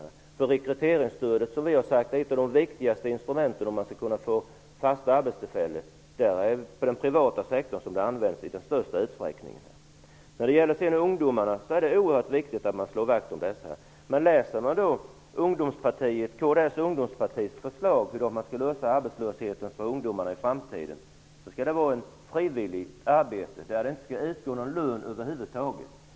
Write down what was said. Vi har sagt att rekryteringsstödet är ett av de viktigaste instrumenten för att få fasta arbetstillfällen. Det används i störst utsträckning inom den privata sektorn. Det är oerhört viktigt att vi slår vakt om ungdomarna. Om man läser kds ungdomsförbunds förslag till hur vi skall lösa arbetslösheten för ungdomarna i framtiden skall det vara ett frivilligt arbete där det inte skall utgå någon lön över huvud taget.